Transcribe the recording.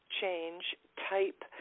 change-type